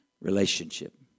Relationship